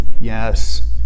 Yes